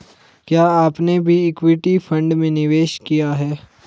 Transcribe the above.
क्या आपने भी इक्विटी फ़ंड में निवेश किया है?